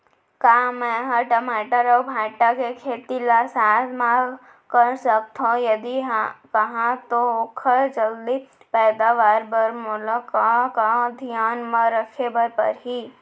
का मै ह टमाटर अऊ भांटा के खेती ला साथ मा कर सकथो, यदि कहाँ तो ओखर जलदी पैदावार बर मोला का का धियान मा रखे बर परही?